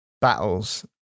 battles